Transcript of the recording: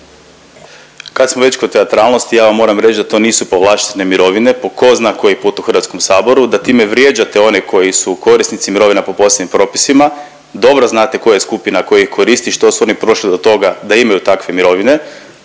Kad smo već kod teatralnosti ja vam moram reć da to nisu povlaštene mirovine po ko zna koji put u HS, da time vrijeđate one koji su korisnici mirovina po posebnim propisima, dobro znate koja je skupina koja ih koristi, što su oni prošli do toga da imaju takve mirovine,